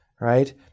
right